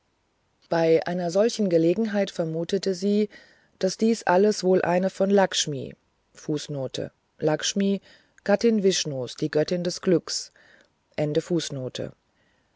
bei einer solchen gelegenheit vermutete sie daß dies alles wohl eine von lackshmilackshmi gattin vishnus die göttin des glücks